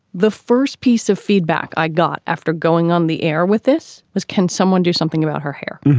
the first piece of feedback i got after going on the air with this was can someone do something about her hair?